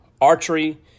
archery